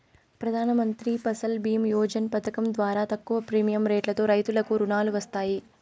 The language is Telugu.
ప్రధానమంత్రి ఫసల్ భీమ యోజన పథకం ద్వారా తక్కువ ప్రీమియం రెట్లతో రైతులకు రుణాలు వస్తాయి